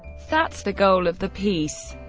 that's the goal of the piece.